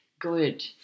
Good